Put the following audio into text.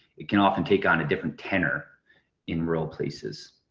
it can often take on a different tenor in rural places.